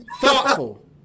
thoughtful